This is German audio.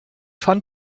fand